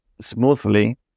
smoothly